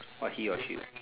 what he or she